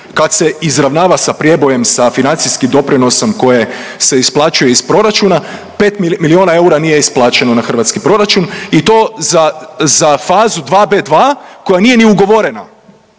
kad se izravnava sa prijebojem sa financijskim doprinosom koji se isplaćuje iz proračuna, 5 milijuna eura nije isplaćeno na hrvatski proračun i to za fazu 2B2 koja nije ni ugovorena.